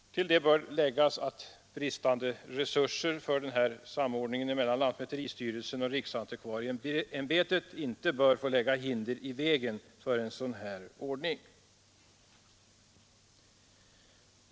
Till det bör läggas att bristande resurser för den här samordningen mellan lantmäteristyrelsen och riksantikvarieämbetet inte bör få lägga hinder i vägen för en sådan här ordning.